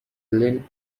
lin